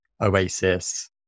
Oasis